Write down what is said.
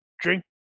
drink